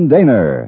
Daner